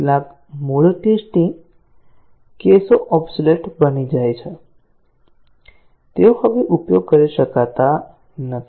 કેટલાક મૂળ ટેસ્ટીંગ કેસો ઓબ્સેલેટ બની જાય છે તેઓ હવે ઉપયોગ કરી શકાતા નથી